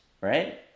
right